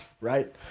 right